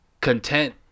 content